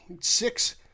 Six